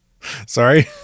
Sorry